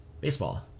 Baseball